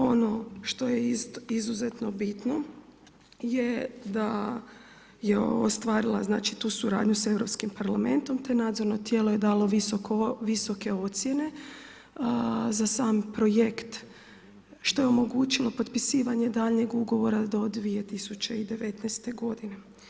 Ono što je izuzetno bitno je da je … stvarala tu suradnju sa Europskim parlamentom te nadzorno tijelo je dalo visoke ocjene za sam projekt što je omogućilo potpisivanje daljnjeg ugovora do 2019. godine.